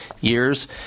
years